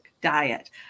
diet